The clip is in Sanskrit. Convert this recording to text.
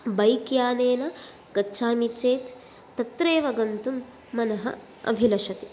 बैक् यानेन गच्छामि चेत् तत्रैव गन्तुं मनः अभिलषति